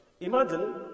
imagine